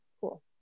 Cool